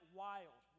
wild